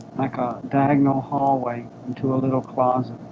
like a diagonal hallway into a little closet